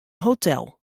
hotel